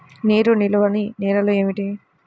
నీరు నిలువని నేలలు ఏమిటి?